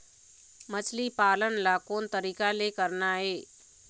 मछली पालन ला कोन तरीका ले करना ये?